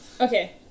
Okay